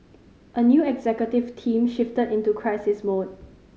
a new executive team shifted into crisis mode